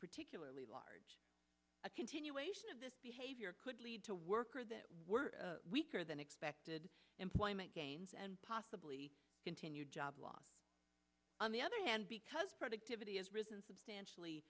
particularly large a continuation of this behavior could lead to worker that were weaker than expected employment gains and possibly continued job loss on the other hand because productivity has risen substantially